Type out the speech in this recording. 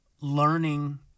learning